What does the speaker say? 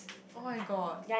[oh]-my-god